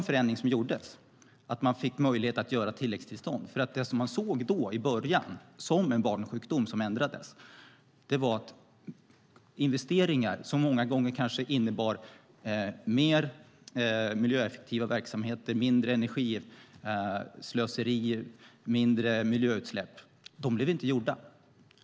En förändring som gjordes var just att införa möjligheten till tilläggstillstånd. Det man i början såg som en barnsjukdom men som ändrades var att investeringar som många gånger kanske innebar mer miljöeffektiva verksamheter - ett mindre energislöseri och mindre miljöutsläpp - inte blev gjorda.